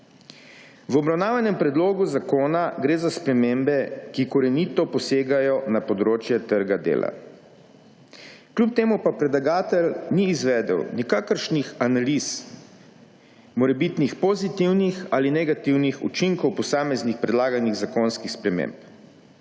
V obravnavanem predlogu zakona gre za spremembe, ki korenito posegajo na področje trga dela. Kljub temu pa predlagatelj ni izvedel nikakršnih analiz morebitnih pozitivnih ali negativnih učinkov posameznih predlaganih zakonskih sprememb.